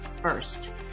first